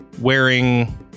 wearing